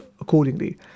accordingly